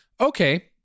Okay